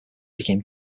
became